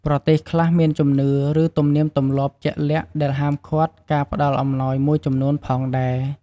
ប្រទេសខ្លះមានជំនឿ ឬទំនៀមទម្លាប់ជាក់លាក់ដែលហាមឃាត់ការផ្តល់អំណោយមួយចំនួនផងដែរ។